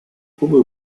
кубы